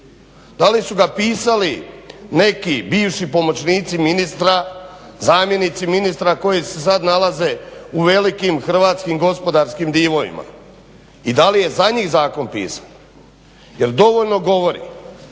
Da li su ga pisali neki bivši pomoćnici ministra, zamjenici ministara koji se sada nalaze u velikim hrvatskim gospodarskim divovima i da li je za njih zakon pisan? Jel dovoljno govori